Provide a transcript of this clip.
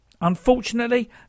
Unfortunately